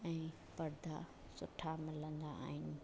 ऐं पर्दा सुठा मिलंदा आहिनि